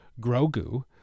Grogu